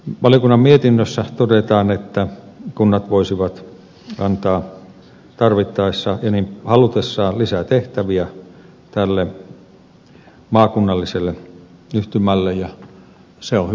valiokunnan mietinnössä todetaan että kunnat voisivat antaa tarvittaessa ja niin halutessaan lisää tehtäviä maakunnalliselle yhtymälle ja se on hyvin perusteltua